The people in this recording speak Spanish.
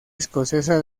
escocesa